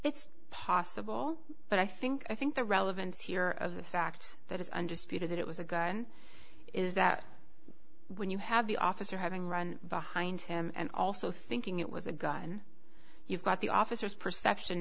it's possible but i think i think the relevance here of the fact that it's understood that it was a gun is that when you have the officer having run behind him and also thinking it was a gun you've got the officers perception